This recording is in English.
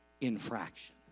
infraction